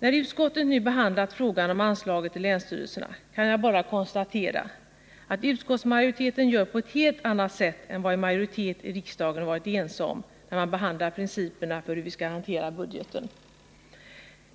När civilutskottet nu har behandlat frågan om anslaget till länsstyrelserna, kan jag bara konstatera att utskottsmajoriteten gör på ett helt annat sätt än vad en majoritet i riksdagen var ense om när vi behandlade principerna för hur vi skall hantera budgeten.